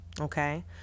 okay